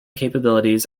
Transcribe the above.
capabilities